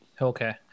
Okay